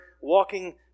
walking